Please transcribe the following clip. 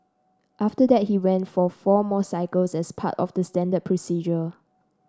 after that he went for four more cycles as part of the standard procedure